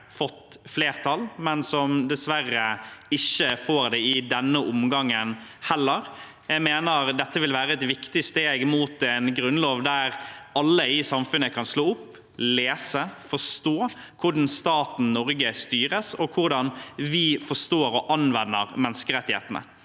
fått flertall, men som dessverre ikke får det i denne omgangen heller. Jeg mener dette ville være et viktig steg mot en grunnlov der alle i samfunnet kan slå opp, lese og forstå hvordan staten Norge styres, og hvordan vi forstår og anvender menneskerettighetene.